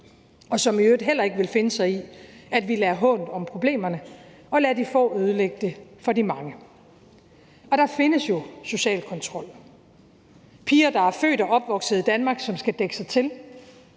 og som i øvrigt heller ikke vil finde sig i, at vi lader hånt om problemerne og lader de få ødelægge det for de mange. Der findes jo social kontrol, piger, som er født og opvokset i Danmark, som skal dække sig til,